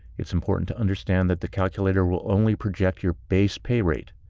it's important to understand that the calculator will only project your base pay rate.